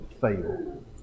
fail